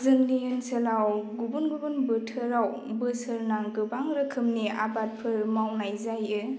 जोंनि ओनसोलाव गुबुन गुबुन बोथोराव बोसोरनां गोबां रोखोमनि आबादफोर मावनाय जायो